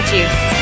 Juice